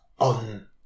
on